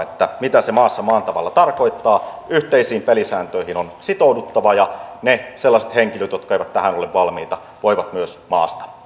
mitä se maassa maan tavalla tarkoittaa yhteisiin pelisääntöihin on sitouduttava ja ne sellaiset henkilöt jotka eivät tähän ole valmiita voivat myös maasta